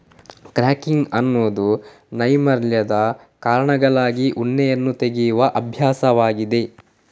crutching ಎನ್ನುವುದು ನೈರ್ಮಲ್ಯದ ಕಾರಣಗಳಿಗಾಗಿ ಉಣ್ಣೆಯನ್ನು ತೆಗೆಯುವ ಅಭ್ಯಾಸವಾಗಿದೆ